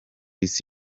isi